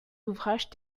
ouvrages